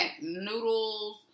noodles